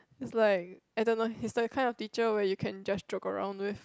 is like I don't know he is the kind of teacher where you can just joke around with